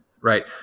right